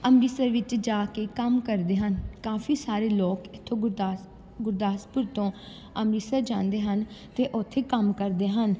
ਅੰਮ੍ਰਿਤਸਰ ਵਿੱਚ ਜਾ ਕੇ ਕੰਮ ਕਰਦੇ ਹਨ ਕਾਫੀ ਸਾਰੇ ਲੋਕ ਇੱਥੋਂ ਗੁਰਦਾਸ ਗੁਰਦਾਸਪੁਰ ਤੋਂ ਅੰਮ੍ਰਿਤਸਰ ਜਾਂਦੇ ਹਨ ਅਤੇ ਉੱਥੇ ਕੰਮ ਕਰਦੇ ਹਨ